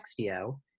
Textio